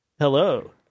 Hello